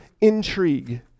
intrigue